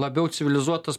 labiau civilizuotas